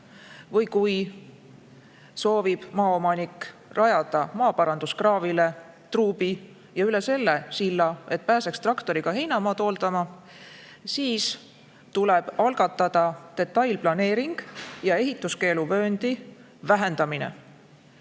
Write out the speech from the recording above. või kui soovib maaomanik rajada maaparanduskraavile truubi ja üle selle silla, et pääseks traktoriga heinamaad hooldama, siis tuleb algatada detailplaneering ja ehituskeeluvööndi vähendamine.